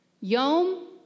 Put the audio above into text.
Yom